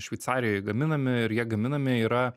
šveicarijoj gaminami ir jie gaminami yra